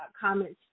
comments